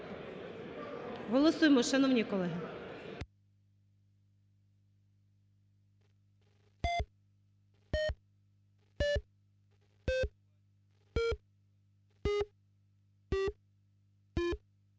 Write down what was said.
Голосуємо, шановні колеги.